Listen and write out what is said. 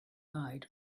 died